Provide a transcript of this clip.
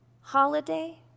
holiday